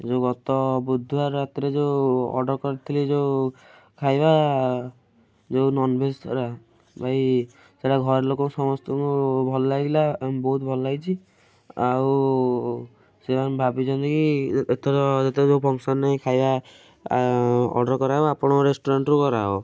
ଏ ଯେଉଁ ଗତ ବୁଧୁବାର ରାତିରେ ଯେଉଁ ଅର୍ଡ଼ର୍ କରିଥିଲି ଯେଉଁ ଖାଇବା ଯେଉଁ ନନ୍ ଭେଜ୍ ଥିଲା ଭାଇ ସେଟା ଘରଲୋକଙ୍କୁ ସମସ୍ତଙ୍କୁ ଭଲ ଲାଗିଲା ବହୁତ ଭଲ ହେଇଛି ଆଉ ସେମାନେ ଭାବିଛନ୍ତି କି ଏଥର ଏଥର ଯେତେବେଳେ ଫଙ୍କସନ୍ରେ ଖାଇବା ଅର୍ଡ଼ର୍ କରାହବ ଆପଣଙ୍କ ରେଷ୍ଟୁରାଣ୍ଟରୁ କରାହବ